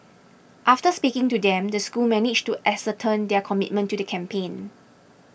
after speaking to them the school managed to ascertain their commitment to the campaign